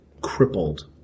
crippled